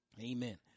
Amen